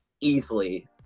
easily